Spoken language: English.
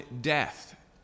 death